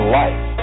life